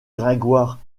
gringoire